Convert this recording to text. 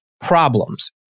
problems